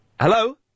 Hello